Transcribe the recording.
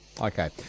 Okay